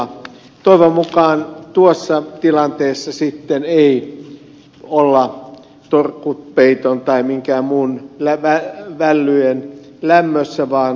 toivon mukaan tuossa tilanteessa ei olla torkkupeiton tai minkään muidenkaan vällyjen lämmössä vaan toimitaan ajoissa